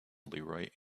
leroy